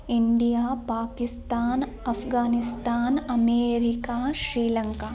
India Pakistan Afghanistan America Sri Lanka